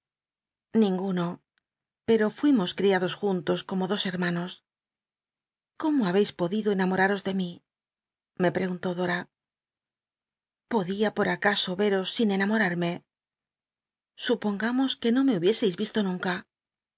ninguno pcto fuimos criados juntos como dos herman os cómo babeis podido cnamoratos de mí me preguntó dom podía por acaso veros sin enamorarme supongamos que no me hubieseis visto nunca